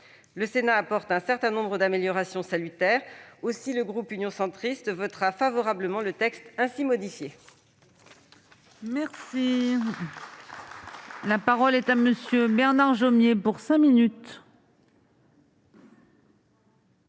Le Sénat apporte un certain nombre d'améliorations salutaires. Aussi, le groupe Union Centriste votera favorablement le texte ainsi modifié.